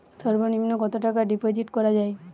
সর্ব নিম্ন কতটাকা ডিপোজিট করা য়ায়?